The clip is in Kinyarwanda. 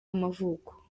y’amavuko